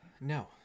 No